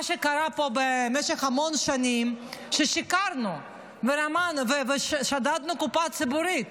מה שקרה פה במשך המון שנים זה ששיקרנו ושדדנו את הקופה הציבורית.